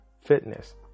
fitness